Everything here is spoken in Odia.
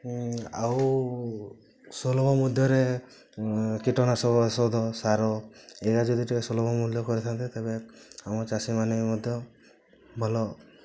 ଆଉ ସୁଲଭ ରେ କୀଟନାଶକ ଔଷଧ ସାର ଏହା ଯଦି ଟିକେ ସୁଲଭ ମୂଲ୍ୟ କରିଥାନ୍ତେ ତେବେ ଆମ ଚାଷୀମାନେ ମଧ୍ୟ ଭଲ